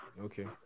okay